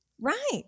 Right